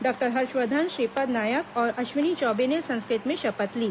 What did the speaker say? doctor Harshvardhan Shripad Naik और अश्विनी चौबे ने संस्कृत में शपथ ली